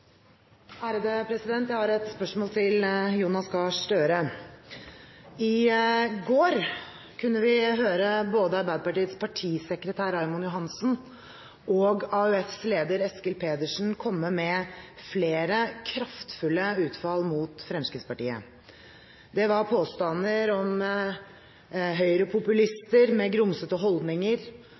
Jeg har et spørsmål til Jonas Gahr Støre. I går kunne vi høre både Arbeiderpartiets partisekretær, Raymond Johansen, og AUFs leder, Eskil Pedersen, komme med flere kraftfulle utfall mot Fremskrittspartiet. Det var påstander om høyrepopulister med grumsete holdninger,